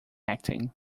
acting